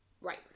Right